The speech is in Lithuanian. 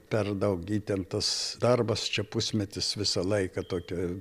per daug įtemptas darbas čia pusmetis visą laiką tokia